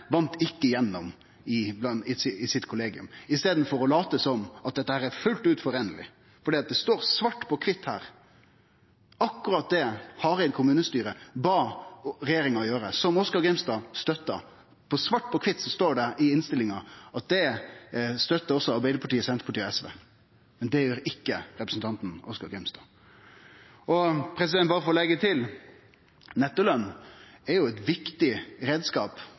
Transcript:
ikkje igjennom i sitt kollegium, i staden for å late som om dette samsvarer fullt ut. For det står svart på kvitt i innstillinga akkurat det Hareid kommunestyre bad regjeringa om å gjere, som Oskar Grimstad støtta, og det støttar Arbeidarpartiet, Senterpartiet og SV, men det gjer ikkje representanten Oskar Grimstad. Og berre for å leggje til: Nettoløn er ein viktig